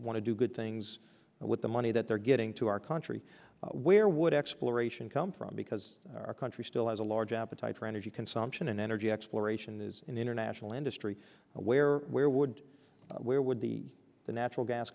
want to do good things with the money that they're getting to our country where would exploration come from because our country still has a large appetite for energy consumption and energy exploration is an international industry where where would where would the the natural gas